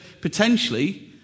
potentially